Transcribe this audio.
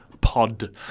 Pod